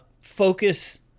focus